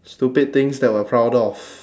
stupid things that we're proud of